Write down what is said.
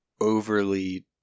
overly